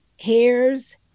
hairs